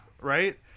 Right